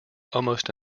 almost